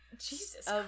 jesus